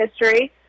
history